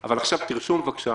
אבל עכשיו תרשום פה,